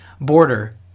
border